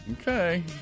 Okay